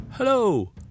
Hello